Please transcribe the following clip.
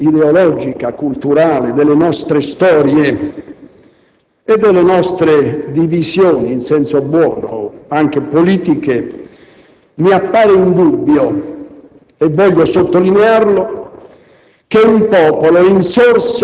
al di là di ogni visione ideologica, culturale, delle nostre storie e delle nostre divisioni, in senso buono, anche politiche, mi appare indubbio - e voglio sottolinearlo